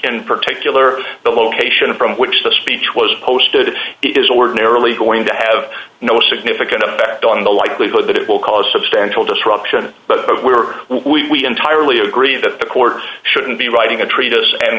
in particular the location of from which the speech was posted it is ordinarily going to have no significant a bet on the likelihood that it will cause substantial disruption but were we entirely agree that the court shouldn't be writing a treatise and